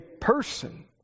person